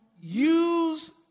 use